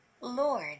Lord